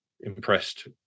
Impressed